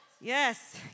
Yes